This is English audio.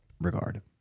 regard